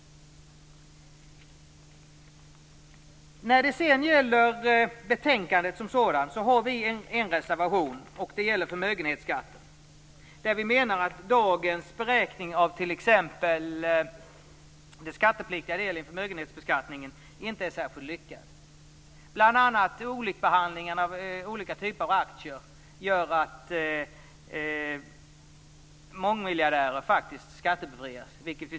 Vi har en reservation fogad till betänkandet. Den gäller förmögenhetsskatten. Vi menar att dagens beräkning av t.ex. den skattepliktiga delen i förmögenhetsbeskattningen inte är särskilt lyckad. Bl.a. behandlingen av olika typer av aktier gör att mångmiljardärer faktiskt skattebefrias.